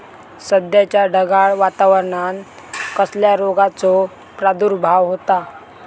सध्याच्या ढगाळ वातावरणान कसल्या रोगाचो प्रादुर्भाव होता?